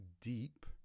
deep